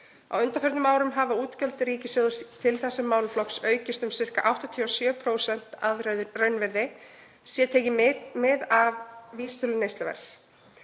Á undanförnum árum hafa útgjöld ríkissjóðs til þess málaflokks aukist um sirka 87% að raunvirði, sé tekið mið af vísitölu neysluverðs.